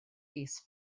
fis